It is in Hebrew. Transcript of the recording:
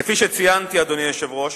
כפי שציינתי, אדוני היושב-ראש,